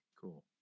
Cool